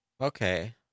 Okay